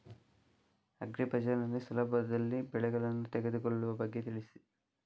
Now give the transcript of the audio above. agri bazaar ನಲ್ಲಿ ಸುಲಭದಲ್ಲಿ ಬೆಳೆಗಳನ್ನು ತೆಗೆದುಕೊಳ್ಳುವ ಬಗ್ಗೆ ತಿಳಿಸಿ